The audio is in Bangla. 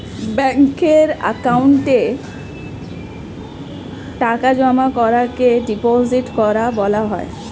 ব্যাঙ্কের অ্যাকাউন্টে টাকা জমা করাকে ডিপোজিট করা বলা হয়